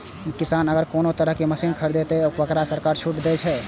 किसान अगर कोनो तरह के मशीन खरीद ते तय वोकरा सरकार छूट दे छे?